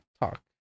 talk